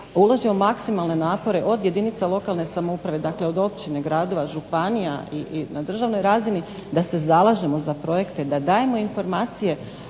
uložimo maksimalne napore od jedinica lokalne samouprave, od općine gradova i županija na državnoj razini da se zalažemo za projekte, da dajemo informacije